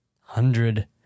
hundred